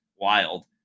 wild